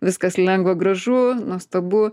viskas lengva gražu nuostabu